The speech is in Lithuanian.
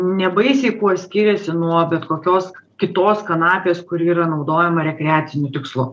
nebaisiai kuo skiriasi nuo bet kokios kitos kanapės kuri yra naudojama rekreaciniu tikslu